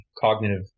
cognitive